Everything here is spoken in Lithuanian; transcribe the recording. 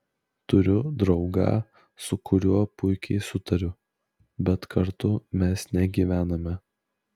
turiu draugą su kuriuo puikiai sutariu bet kartu mes negyvename